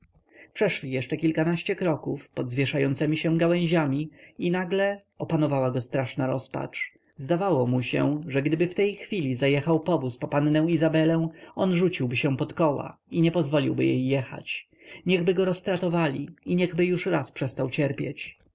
przeszli jeszcze kilkanaście kroków pod zwieszającemi się gałęźmi i nagle opanowała go straszna rozpacz zdawało mu się że gdyby w tej chwili zajechał powóz po pannę izabelę on rzuciłby się pod koła i nie pozwoliłby jej jechać niechby go roztratowali i niechby już raz przestał cierpieć